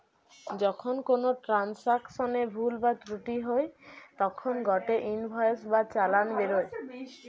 যখন কোনো ট্রান্সাকশনে ভুল বা ত্রুটি হই তখন গটে ইনভয়েস বা চালান বেরোয়